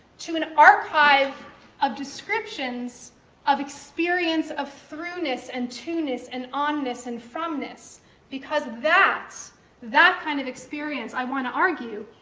to an archive of descriptions of experience of through-ness and to-ness, and on-ness, and from-ness because that that kind of experience, i want to argue,